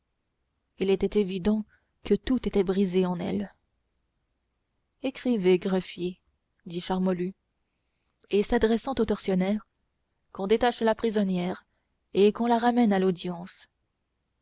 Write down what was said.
il était évident que tout était brisé en elle écrivez greffier dit charmolue et s'adressant aux tortionnaires qu'on détache la prisonnière et qu'on la ramène à l'audience